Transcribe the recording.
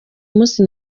munsi